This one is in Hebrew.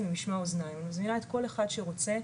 ממשמע אוזניים ואני מזמינה את כל אחד שרוצה,